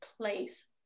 place